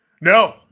No